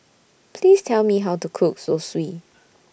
Please Tell Me How to Cook Zosui